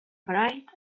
bright